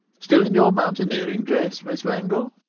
still in your mountaineering dress, miss wangel?